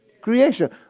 creation